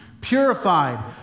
purified